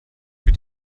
wird